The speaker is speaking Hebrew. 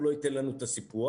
הוא לא ייתן לנו את הסיפוח,